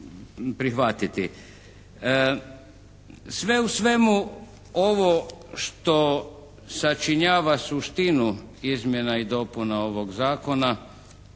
prihvatiti. Sve u svemu ovo što sačinjava suštinu izmjena i dopuna ovog zakona